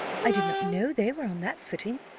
i did not know they were on that footing!